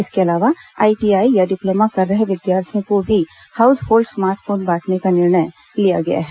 इसके अलावा आईटीआई या डिप्लोमा कर रहे विद्यार्थियों को भी हाउस होल्ड स्मार्ट फोन बांटने का निर्णय लिया गया है